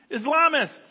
Islamists